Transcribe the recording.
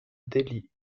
delhi